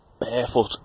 barefoot